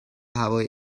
هوای